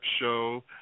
show